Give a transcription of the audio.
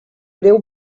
breu